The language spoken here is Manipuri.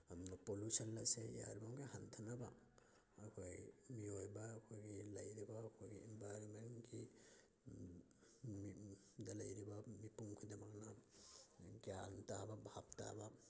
ꯄꯣꯂꯨꯁꯟ ꯑꯁꯦ ꯌꯥꯔꯤꯕꯃꯈꯩ ꯍꯟꯊꯅꯕ ꯑꯩꯈꯣꯏ ꯃꯤꯑꯣꯏꯕ ꯑꯩꯈꯣꯏꯒꯤ ꯂꯩꯔꯤꯕ ꯑꯩꯈꯣꯏꯒꯤ ꯏꯟꯚꯥꯏꯔꯣꯟꯃꯦꯟꯒꯤ ꯃꯤ ꯗ ꯂꯩꯔꯤꯕ ꯃꯤꯄꯨꯝ ꯈꯨꯗꯤꯡꯃꯛꯅ ꯒ꯭ꯌꯥꯟ ꯇꯥꯕ ꯚꯥꯕ ꯇꯥꯕ